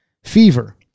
Fever